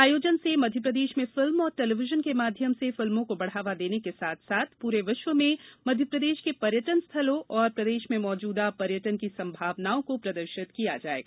आयोजन से मध्यप्रदेश में फिल्म और टेलीविजन के माध्यम से फिल्मों को बढ़ावा देने के साथ साथ पूरे विश्व में मध्यप्रदेश के पर्यटन स्थलों और प्रदेश में मौजूद पर्यटन की संभावनाओं को प्रदर्शित किया जाएगा